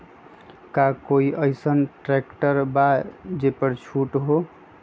का कोइ अईसन ट्रैक्टर बा जे पर छूट हो?